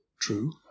true